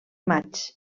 maig